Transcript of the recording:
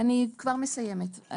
אני כבר מסיימת.